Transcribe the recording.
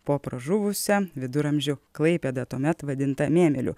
po pražuvusią viduramžių klaipėdą tuomet vadintą mėmėliu